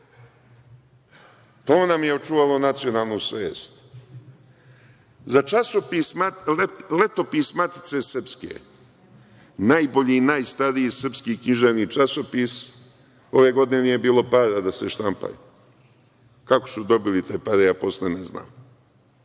To nam je očuvalo nacionalnu svest. Za letopis „Matice Srpske“ najbolji i najstariji srpski književni časopis ove godine nije bilo para da se štampa. Kako su dobili te pare, ja posle ne znam.